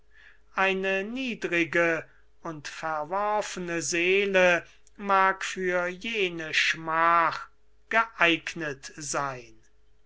eine niedrige und verworfene seele mag für jene schmach geeignet sein